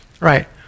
Right